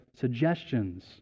suggestions